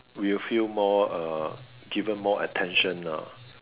will feel more uh given more attention ah